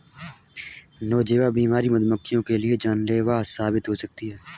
Nosema बीमारी मधुमक्खियों के लिए जानलेवा साबित हो सकती है